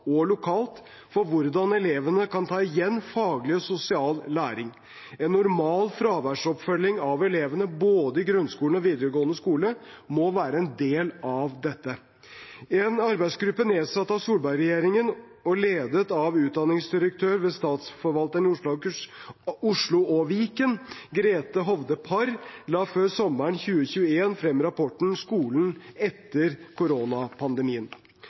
og lokalt for hvordan elevene kan ta igjen faglig og sosial læring. En normal fraværsoppfølging av elevene både i grunnskolen og i videregående skole må være en del av dette. En arbeidsgruppe nedsatt av Solberg-regjeringen og ledet av utdanningsdirektør ved statsforvalteren i Oslo og Viken, Grethe Hovde Parr, la før sommeren 2021 frem rapporten «Skolen etter koronapandemien».